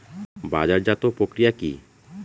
বাজারজাতও প্রক্রিয়া কি?